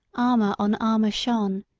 armour on armour shone,